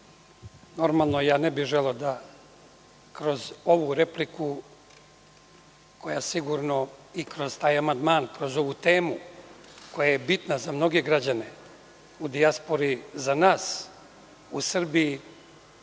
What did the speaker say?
normalno, ja ne bih želeo da kroz ovu repliku i kroz ovaj amandman, kroz ovu temu koja je bitna za mnoge građane u dijaspori, za nas u Srbiji,